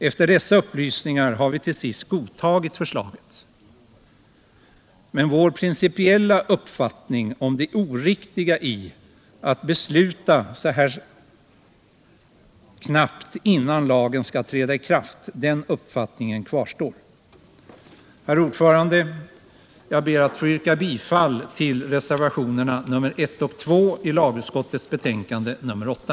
Efter dessa upplysningar har vi till sist godtagit förslaget. Men vår principiella uppfattning om det oriktiga i att besluta så här omedelbart innan lagen skall träda i kraft kvarstår. Herr talman! Jag ber att få yrka bifall till reservationerna 1 och 2 vid lagutskottets betänkande nr 8.